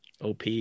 op